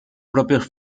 propios